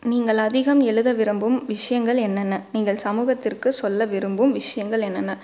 நீங்கள் அதிகம் எழுத விரும்பும் விஷயங்கள் என்னென்ன நீங்கள் சமூகத்திற்கு சொல்ல விரும்பும் விஷயங்கள் என்னென்ன